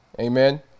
Amen